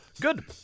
Good